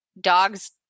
dog's